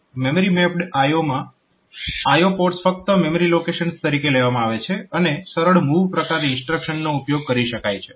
memory mapped IO માં IO ports ફક્ત memory locations તરીકે લેવામાં આવે છે અને સરળ MOV પ્રકારની ઇન્સ્ટ્રક્શન્સનો ઉપયોગ કરી શકાય છે